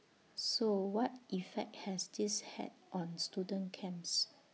so what effect has this had on student camps